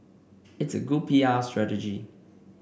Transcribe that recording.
it's a good P R strategy